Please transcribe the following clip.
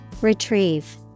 Retrieve